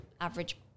average